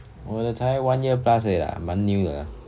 我的才 one year plus lah 蛮 new lah